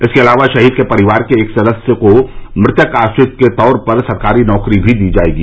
इसके अलावा शहीद के परिवार के एक सदस्य को मृतक आश्रित के तौर पर सरकारी नौकरी भी दी जायेगी